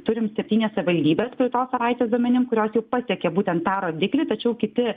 turim septynias savybespraeitos savaitės duomenim kurios jau pasiekė būtent tą rodiklį tačiau kiti